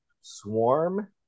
Swarm